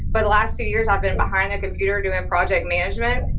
but the last few years i've been behind the computer doing project management,